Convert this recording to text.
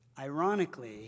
Ironically